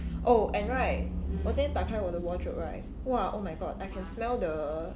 oh and right 我今天打开我的 wardrobe right !wah! oh my god I can smell the